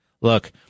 look